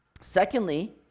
secondly